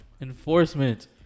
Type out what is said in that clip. Enforcement